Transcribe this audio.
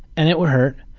and it would hurt.